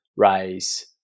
Raise